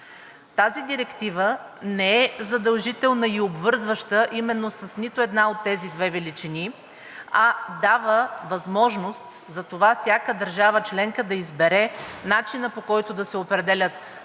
Тази директива не е задължителна и обвързваща именно с нито една от тези две величини, а дава възможност за това всяка държава членка да избере начина, по който да се определя този